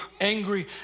angry